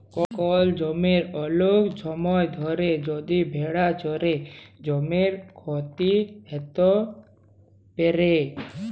call জমিতে ওলেক সময় ধরে যদি ভেড়া চরে জমির ক্ষতি হ্যত প্যারে